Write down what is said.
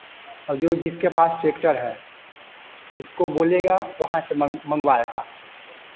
अब जो जिसके पास ट्रैक्टर है उसको बोलेगा वहाँ से मंग मंगवाएगा